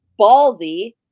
ballsy